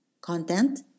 content